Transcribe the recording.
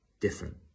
different